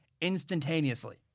instantaneously